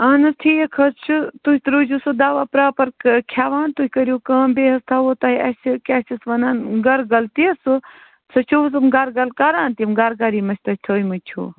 اہن حظ ٹھیٖک حظ چھُ تُہۍ تہٕ روٗزِو سُہ دوا پرٛاپَر کھٮ۪وان تُہۍ کٔرِو کٲم بیٚیہِ حظ تھاوو تۄہہِ اَسہِ کیٛاہ چھِ اَتھ وَنان گَر گَر تہِ سُہ سُہ چھُ حظ یِم گَر گَر کَران تِم گَر گَر یِم اَسہِ تۄہہِ تھٲیمٕتۍ چھُو